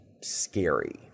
scary